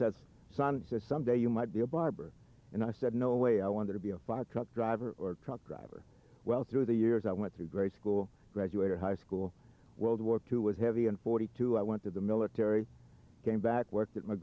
son some day you might be a barber and i said no way i want to be a fire truck driver or truck driver well through the years i went through grade school graduated high school world war two was heavy and forty two i went to the military came back worked at my